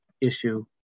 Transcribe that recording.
issue